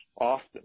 often